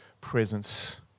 presence